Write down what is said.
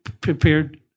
prepared